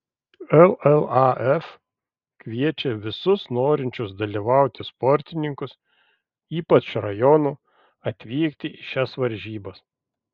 llaf kviečia visus norinčius dalyvauti sportininkus ypač rajonų atvykti į šias varžybas